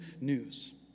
news